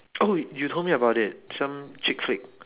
oh you told me about it some chick flick